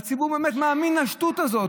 והציבור באמת מאמין לשטות הזאת.